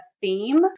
theme